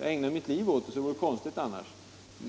Jag ägnar ju mitt liv åt det, så det vore konstigt